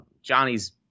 Johnny's